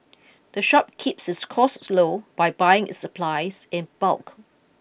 the shop keeps its costs low by buying its supplies in bulk